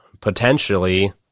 potentially